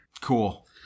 Cool